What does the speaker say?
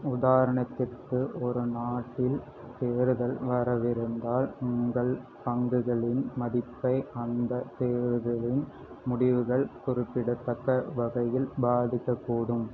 உதாரணத்திற்கு ஒரு நாட்டில் தேர்தல் வரவிருந்தால் உங்கள் பங்குகளின் மதிப்பை அந்தத் தேர்தலின் முடிவுகள் குறிப்பிடத்தக்க வகையில் பாதிக்கக்கூடும்